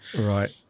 Right